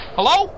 Hello